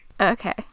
Okay